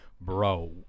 Bro